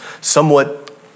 somewhat